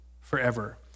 forever